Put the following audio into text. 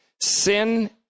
Sin